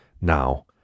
Now